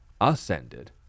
ascended